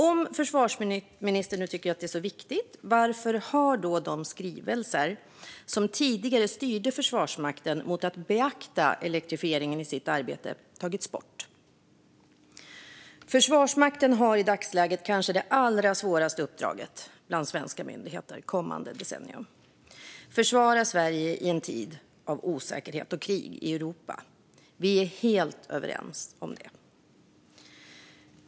Om försvarsministern nu tycker att detta är så viktigt, varför har då de skrivningar som tidigare styrde Försvarsmakten mot att beakta elektrifieringen i sitt arbete tagits bort? Försvarsmakten har i dagsläget kanske det allra svåraste uppdraget bland svenska myndigheter inför kommande decennium: att försvara Sverige i en tid av osäkerhet och krig i Europa. Vi är helt överens om det.